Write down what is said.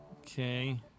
Okay